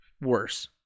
Worse